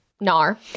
NAR